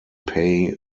pay